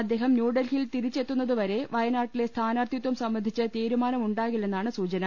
അദ്ദേഹം ന്യൂഡൽഹി യിൽ തിരിച്ചെത്തുന്നതുവരെ വയനാട്ടിലെ സ്ഥാനാർത്ഥിത്വം സംബന്ധിച്ച് തീരുമാനമുണ്ടാകില്ലെന്നാണ് സൂചന